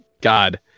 God